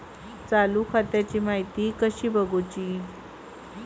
चालू खात्याची माहिती कसा बगायचा?